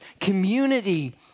community